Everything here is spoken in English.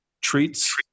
treats